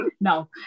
No